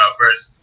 first